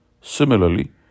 Similarly